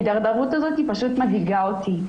ההידרדרות הזאת פשוט מדאיגה אותי.